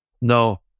No